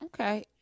Okay